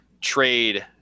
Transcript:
trade